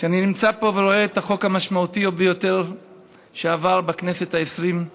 כשאני נמצא פה ורואה את החוק המשמעותי ביותר שעבר בכנסת העשרים,